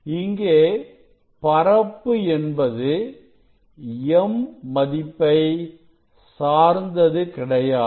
இங்கே பரப்பு என்பது m மதிப்பை சார்ந்தது கிடையாது